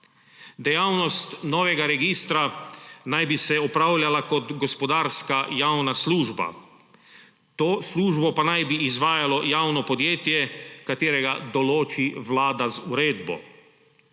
Dejavnost novega registra naj bi se opravljala kot gospodarska javna služba, to službo pa naj bi izvajalo javno podjetje, katerega določi Vlada z uredbo.